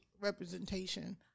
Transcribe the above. representation